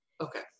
Okay